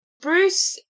Bruce